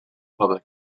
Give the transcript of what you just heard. public